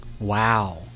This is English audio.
wow